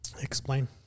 Explain